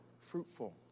fruitful